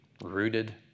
rooted